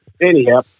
Anyhow